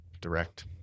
direct